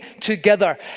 together